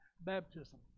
baptism